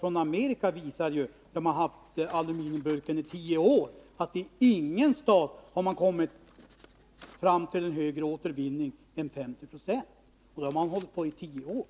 I Amerika har man haft aluminiumburken i tio år, och ingen stat har kommit fram till högre återvinning än 50 96.